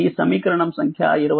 ఇది సమీకరణంసంఖ్య 26